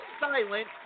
silent